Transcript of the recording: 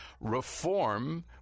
reform